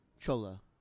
chola